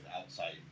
outside